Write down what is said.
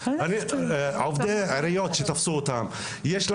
יש עובדי עיריות שתפסו אותם.